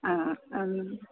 ആ ആ ഉം